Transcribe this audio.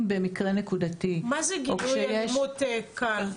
במקרה נקודתי --- מה זה גילוי אלימות קל?